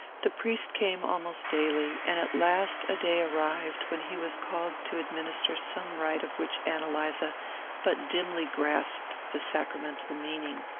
the priest came almost daily and at last a day arrived when he was called to administer some rite of which ann eliza but dimly grasped the sacramental meaning.